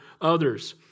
others